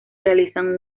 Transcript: realizan